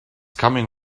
coming